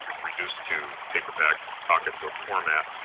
reduced to paperback, pocketbook format.